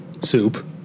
Soup